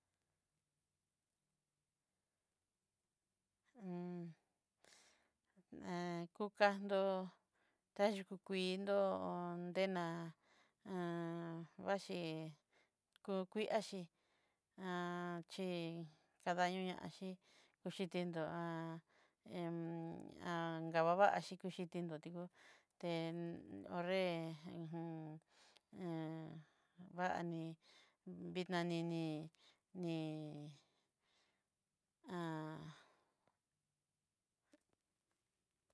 he kukandó'o ta yukú kuii'dó ondená'a xhíi kokuii axhíi í kadaño ñaxhí, kuxhitindó gababaxhí kuxhíi tin'to tinkó tén ho'nré he vaní vinaniní, ní han.